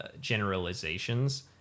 generalizations